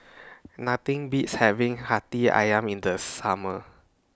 Nothing Beats having Hati Ayam in The Summer